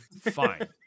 Fine